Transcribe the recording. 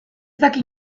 dakit